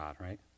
right